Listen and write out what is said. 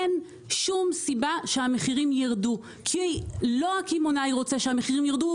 אין שום סיבה שהמחירים ירדו כי לא הקמעונאי רוצה שהמחירים ירדו,